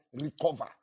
Recover